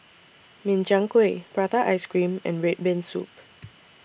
Min Chiang Kueh Prata Ice Cream and Red Bean Soup